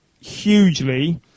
hugely